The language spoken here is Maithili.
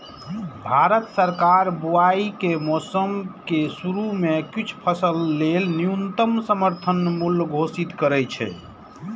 भारत सरकार बुआइ के मौसम के शुरू मे किछु फसल लेल न्यूनतम समर्थन मूल्य घोषित करै छै